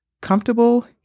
comfortable